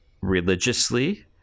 religiously